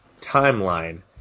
timeline